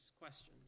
questions